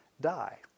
die